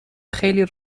خیلی